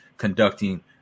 conducting